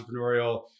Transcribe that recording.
entrepreneurial